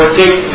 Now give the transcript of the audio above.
take